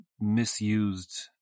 misused